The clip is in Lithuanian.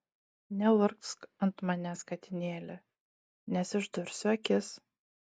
neurgzk ant manęs katinėli nes išdursiu akis